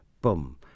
boom